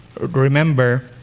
remember